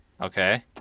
Okay